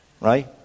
Right